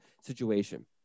situation